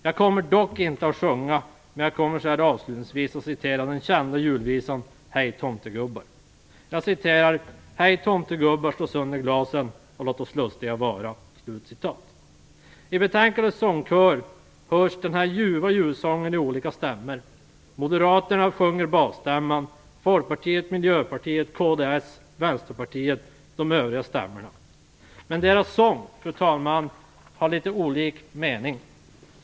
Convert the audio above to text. Jag kommer dock inte att sjunga, men jag kommer avslutningsvis att citera den kända julvisan Hej tomtegubbar! : "Hej tomtegubbar slå i glasen och låt oss lustiga vara". I betänkandets sångkör hörs den ljuva julsången i olika stämmor. Moderaterna sjunger basstämman och Folkpartiet, Miljöpartiet, kds och Vänsterpartiet de övriga stämmorna. Men deras sång har litet olika mening.